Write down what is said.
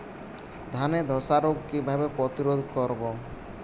ধানে ধ্বসা রোগ কিভাবে প্রতিরোধ করব?